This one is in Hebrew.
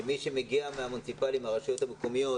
כמי שמגיע מהרשויות המקומיות,